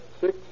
six